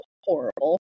horrible